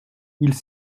ils